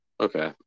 Okay